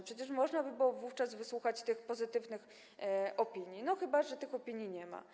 Przecież można by było wówczas wysłuchać tych pozytywnych opinii, chyba że tych opinii nie ma.